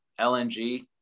LNG